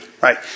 Right